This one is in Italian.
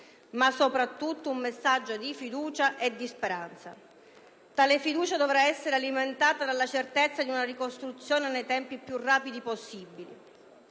ma, soprattutto, un messaggio di fiducia e di speranza. Tale fiducia dovrà essere alimentata dalla certezza di una ricostruzione nei tempi più rapidi possibili.